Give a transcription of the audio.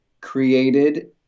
created